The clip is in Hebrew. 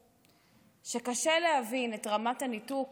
קשה להבין את רמת הניתוק